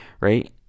right